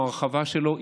או ההרחבה שלו,